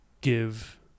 give